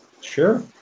Sure